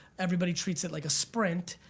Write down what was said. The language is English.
everybody treats it like a sprint.